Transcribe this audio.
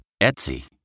Etsy